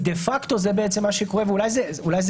כי דה פקטו זה מה שקורה, ואולי זה הגיוני,